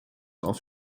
auf